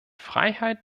freiheit